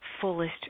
fullest